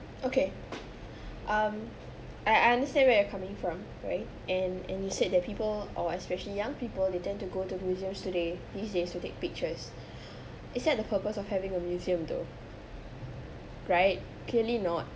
okay um I understand where you're coming from right and and you said that people or especially young people they tend to go to museums today these days to take pictures it said the purpose of having a museum though right clearly not